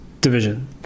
division